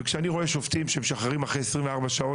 וכשאני רואה שופטים שמשחררים אחרי 24 שעות